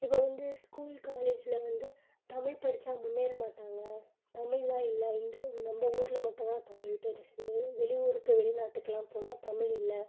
இப்போ வந்து ஸ்கூல் காலேஜில் வந்து தமிழ் படித்தா முன்னேற மாட்டாங்க தமிழெலாம் இல்லை இங்கே நம்ம ஊரில் மட்டும் தான் தமிழ் பெருசு வெளி ஊருக்கு வெளி நாட்டுக்கெல்லாம் போனால் தமிழ் இல்லை